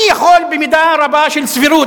אני יכול במידה רבה של סבירות,